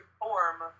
form